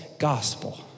gospel